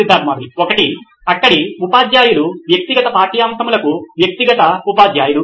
Siddharth Mathuri CEO నోయిన్ electronics ఒకటి అక్కడి ఉపాధ్యాయులు వ్యక్తిగత పాఠ్యాంశములకు వ్యక్తిగత ఉపాధ్యాయులు